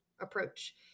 approach